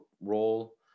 role